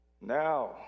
Now